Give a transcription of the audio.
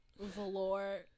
velour